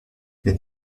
les